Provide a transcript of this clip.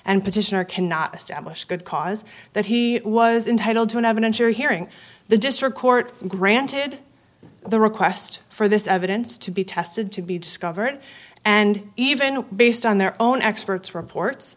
and petitioner cannot establish good cause that he was entitled to an evidentiary hearing the district court granted the request for this evidence to be tested to be discovered and even based on their own experts reports